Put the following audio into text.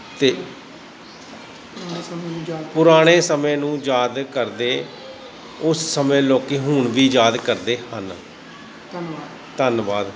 ਅਤੇ ਪੁਰਾਣੇ ਸਮੇਂ ਨੂੰ ਯਾਦ ਕਰਦੇ ਉਸ ਸਮੇਂ ਲੋਕ ਹੁਣ ਵੀ ਯਾਦ ਕਰਦੇ ਹਨ ਧੰਨਵਾਦ ਧੰਨਵਾਦ